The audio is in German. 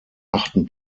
achten